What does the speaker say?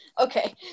Okay